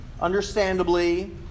understandably